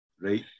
Right